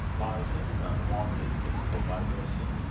lies in an unwonted physical vibration,